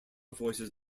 voices